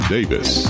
Davis